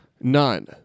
None